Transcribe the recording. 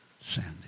Sandy